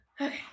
Okay